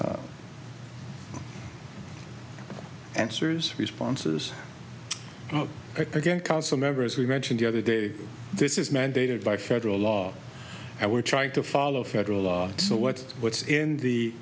understanding answers responses again council members we've mentioned the other day this is mandated by federal law and we're trying to follow federal law so what what's in the